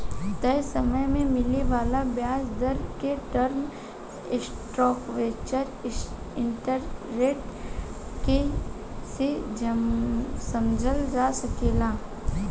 तय समय में मिले वाला ब्याज दर के टर्म स्ट्रक्चर इंटरेस्ट रेट के से समझल जा सकेला